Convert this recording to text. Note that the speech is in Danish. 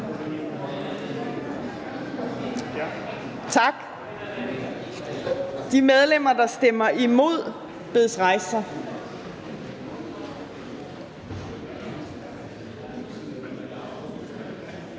Tak. De medlemmer, der stemmer imod, bedes rejse